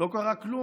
לא קרה כלום,